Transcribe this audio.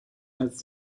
has